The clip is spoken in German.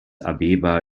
abeba